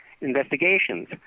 investigations